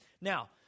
Now